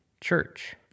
church